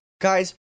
Guys